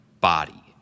body